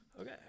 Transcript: Okay